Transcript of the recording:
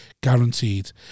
guaranteed